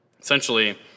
Essentially